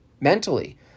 mentally